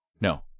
No